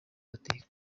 amateka